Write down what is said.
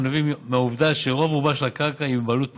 הנובעים מהעובדה שרוב-רובה של הקרקע היא בבעלות פרטית.